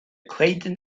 clayton